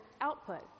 output